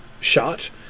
shot